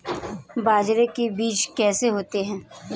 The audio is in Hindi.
बाजरे के बीज कैसे होते हैं?